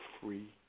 free